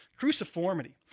cruciformity